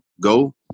go